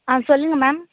ஆ சொல்லுங்க மேம்